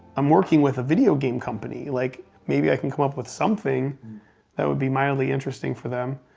i'm working with a video game company. like, maybe i can come up with something that would be mildly interesting for them.